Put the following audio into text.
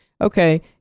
Okay